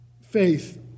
faith